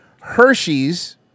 Hershey's